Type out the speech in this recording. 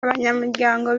abanyamuryango